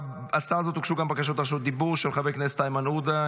להצעה הזאת הוגשו גם בקשות רשות דיבור של חברי הכנסת איימן עודה,